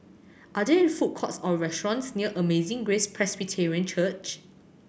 are there food courts or restaurants near Amazing Grace Presbyterian Church